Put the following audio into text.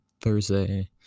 thursday